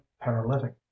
paralytic